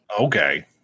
Okay